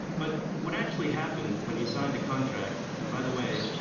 but what actually happened when he signed the contract and by the way,